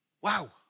wow